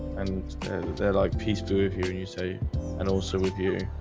and they're like peace to hear and you say and also with you